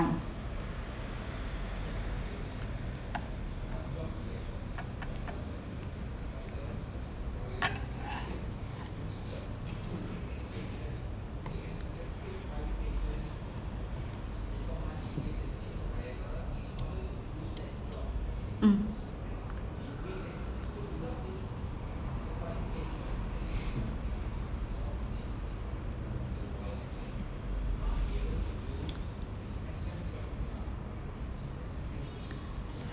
~ne mm